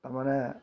ତା ମାନେ